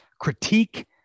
critique